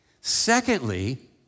Secondly